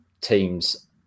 teams